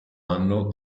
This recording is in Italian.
anno